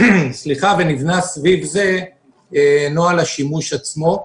ונבנה סביב זה נוהל השימוש עצמו.